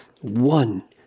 One